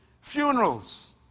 funerals